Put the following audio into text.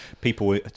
people